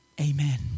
Amen